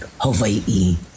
Hawaii